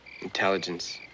Intelligence